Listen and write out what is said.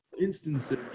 instances